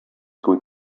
going